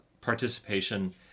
participation